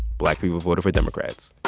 black people voted for democrats.